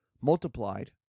multiplied